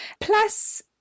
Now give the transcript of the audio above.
Plus